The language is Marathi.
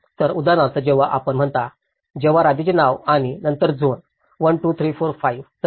तर उदाहरणार्थ जेव्हा आपण म्हणता तेव्हा राज्याचे नाव आणि नंतर झोन 1 2 3 4 5 तसे